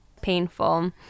painful